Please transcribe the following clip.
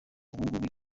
ubungubu